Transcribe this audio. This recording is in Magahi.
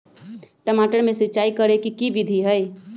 टमाटर में सिचाई करे के की विधि हई?